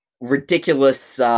ridiculous